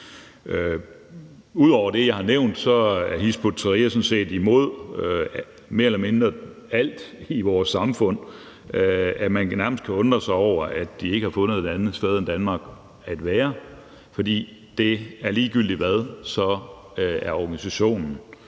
Ud over det, jeg har nævnt, er Hizb ut-Tahrir så meget imod mere eller mindre alt i vores samfund, at man nærmest kan undre sig over, at de ikke har fundet et andet sted end Danmark at være. For ligegyldigt hvad er organisationen